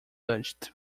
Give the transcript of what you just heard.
touched